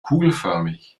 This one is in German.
kugelförmig